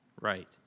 Right